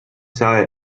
sai